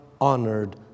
honored